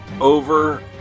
over